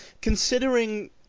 Considering